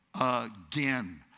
again